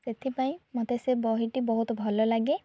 ସେଥିପାଇଁ ମୋତେ ସେ ବହିଟି ବହୁତ ଭଲ ଲାଗେ